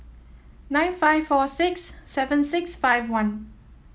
nine five four six seven six five one